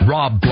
Rob